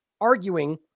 arguing